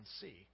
see